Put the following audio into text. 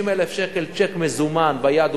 60,000 צ'ק מזומן ביד ומייד,